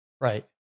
Right